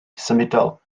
symudol